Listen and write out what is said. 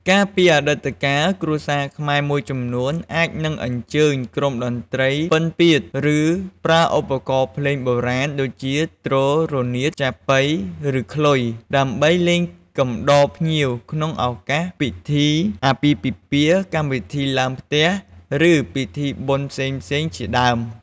កាលពីអតីតកាល គ្រួសារខ្មែរមួយចំនួនអាចនឹងអញ្ជើញក្រុមតន្ត្រីពិណពាទ្រ ឬ ប្រើឧបករណ៍ភ្លេងបុរាណដូចជា ទ្រ រនាថ ចាបុី ឬ ខ្លុយ ដើម្បីលេងកំដរភ្ញៀវក្នុងឱកាស ពិធីអាពាហ៍ពិពាហ៍ កម្មវិធីឡើងផ្ទះ ឬពិធីបុណ្យផ្សេងៗជាដើម។